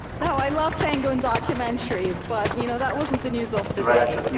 now, i love penguin documentaries, but you know that wasn't the news of the day.